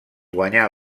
guanyà